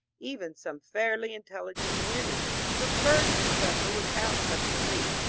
even some fairly intelligent women preferred to suffer without such relief.